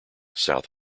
south